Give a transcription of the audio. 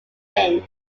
pinned